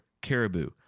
Caribou